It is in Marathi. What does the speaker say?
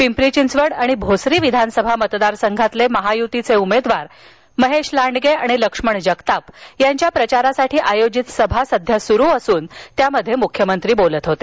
पिंपरी चिंचवड आणि भोसरी विधानसभा मतदारसंघातील महायुतीचे उमेदवार महेश लांडगे लक्ष्मण जगताप यांच्या साठी आयोजित सभा सध्या सुरु असून त्यामध्ये मुख्यमंत्री बोलत होते